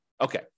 Okay